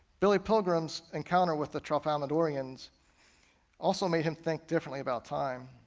billy pilgrim's encounter with the tralfalmadorians also made him think differently about time.